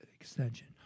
extension